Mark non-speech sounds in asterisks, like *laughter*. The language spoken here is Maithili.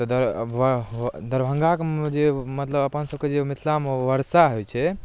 तऽ *unintelligible* दरभङ्गाके मे जे मतलब अपन सबके जे मिथिलामे वर्षा होइत छै